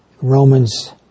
Romans